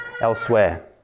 elsewhere